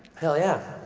hell yeah.